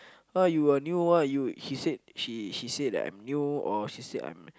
!huh! you are new ah you she said she she said that I'm new or she said I'm